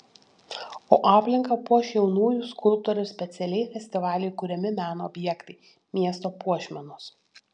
o aplinką puoš jaunųjų skulptorių specialiai festivaliui kuriami meno objektai miesto puošmenos